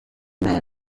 man